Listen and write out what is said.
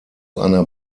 einer